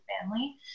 family